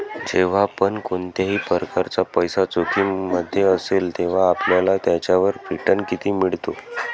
जेव्हा पण कोणत्याही प्रकारचा पैसा जोखिम मध्ये असेल, तेव्हा आपल्याला त्याच्यावर रिटन किती मिळतो?